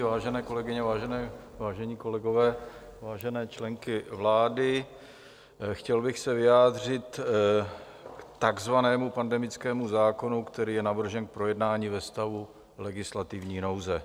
Vážené kolegyně, vážení kolegové, vážené členky vlády, chtěl bych se vyjádřit k takzvanému pandemickému zákonu, který je navržen k projednání ve stavu legislativní nouze.